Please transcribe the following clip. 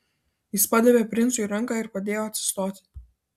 jis padavė princui ranką ir padėjo atsistoti